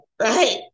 right